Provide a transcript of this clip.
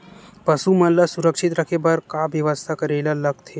पशु मन ल सुरक्षित रखे बर का बेवस्था करेला लगथे?